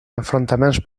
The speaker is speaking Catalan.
enfrontaments